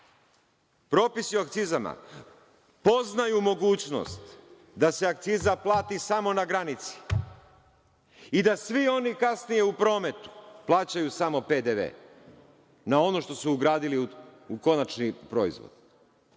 propisi o akcizama poznaju mogućnost da se akciza plati samo na granici i da svi oni kasnije u prometu plaćaju samo PDV na ono što su ugradili u konačni proizvod.